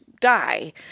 die